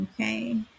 Okay